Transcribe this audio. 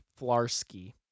Flarsky